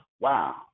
wow